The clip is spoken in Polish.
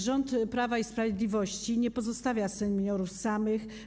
Rząd Prawa i Sprawiedliwości nie pozostawia seniorów samych sobie.